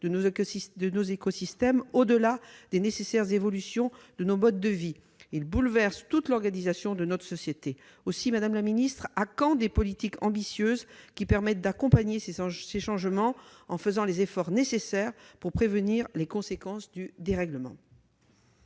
de nos écosystèmes au-delà des nécessaires évolutions de nos modes de vie ; ils bouleversent toute l'organisation de notre société. Madame la ministre, à quand des politiques ambitieuses, qui permettront d'accompagner ces changements en faisant les efforts nécessaires pour prévenir les conséquences du dérèglement ?